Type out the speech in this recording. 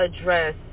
address